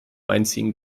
einziehen